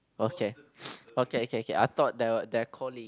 okay okay okay okay I thought they are colleague